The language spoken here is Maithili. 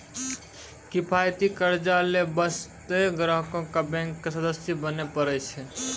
किफायती कर्जा लै बास्ते ग्राहको क बैंक के सदस्य बने परै छै